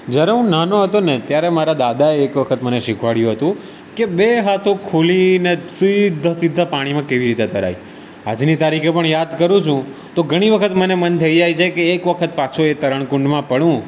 જ્યારે હું નાનો હતો ને ત્યારે મારા દાદાએ એક વખત મને શીખવાડ્યું હતું કે બે હાથો ખોલીને સીધા સીધા પાણીમાં કેવી રીતે તરાય આજની તારીખે પણ યાદ કરું છું તો ઘણી વખત મને મન થઈ જાય છે કે એક વખત પાછો એ તરણકુંડમાં પડું